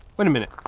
wait a minute.